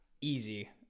easy